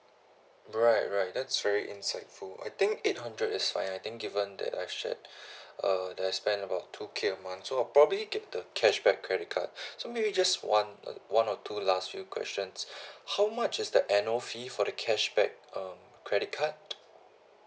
right right that's very insightful I think eight hundred is fine I think given that I shared uh that I spend about two k a month so I'll probably get the cashback credit card so maybe just one uh one or two last few questions how much is the annual fee for the cashback um credit card